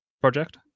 project